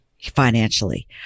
financially